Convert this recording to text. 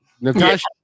Natasha